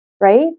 right